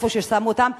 איפה ששמו אותם,